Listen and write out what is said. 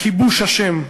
הכיבוש אשם.